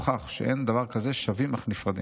הוכח שאין דבר כזה 'שווים אך נפרדים'.